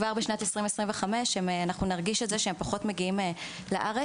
כבר בשנת 2025 אנחנו נרגיש שהם פחות מגיעים לארץ.